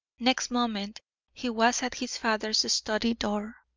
next moment he was at his father's study door.